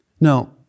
Now